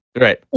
Right